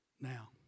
now